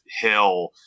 Hill